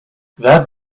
that